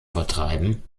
vertreiben